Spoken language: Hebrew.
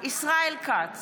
ישראל כץ,